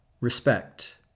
respect